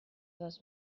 les